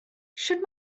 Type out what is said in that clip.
sut